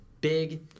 Big